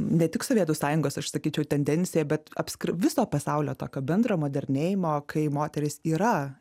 ne tik sovietų sąjungos aš sakyčiau tendencija bet apskr viso pasaulio tokio bendro modernėjimo kai moterys yra